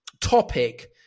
topic